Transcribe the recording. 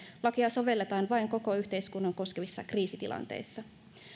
lakia sovelletaan vain koko yhteiskuntaa koskevissa kriisitilanteissa